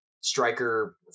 Striker